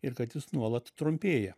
ir kad jis nuolat trumpėja